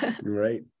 Right